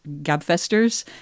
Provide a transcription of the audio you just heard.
Gabfesters